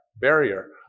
barrier